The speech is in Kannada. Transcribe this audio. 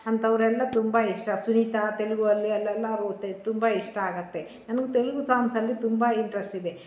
ಅಂಥವ್ರೆಲ್ಲ ತುಂಬ ಇಷ್ಟ ಸುನೀತಾ ತೆಲುಗು ಅಲ್ಲಿ ತುಂಬ ಇಷ್ಟ ಆಗುತ್ತೆ ನನ್ಗೆ ತೆಲುಗು ಸಾಂಗ್ಸಲ್ಲಿ ತುಂಬ ಇಂಟ್ರೆಸ್ಟಿದೆ